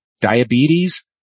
diabetes